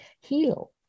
heal